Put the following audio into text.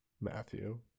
Matthew